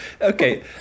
okay